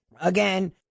Again